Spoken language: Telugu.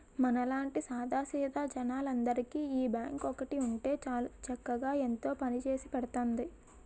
మనలాంటి సాదా సీదా జనాలందరికీ ఈ బాంకు ఒక్కటి ఉంటే చాలు చక్కగా ఎంతో పనిచేసి పెడతాంది